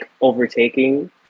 overtaking